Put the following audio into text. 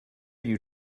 you